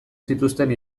zituzten